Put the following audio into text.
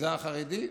המגזר החרדי,